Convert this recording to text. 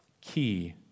key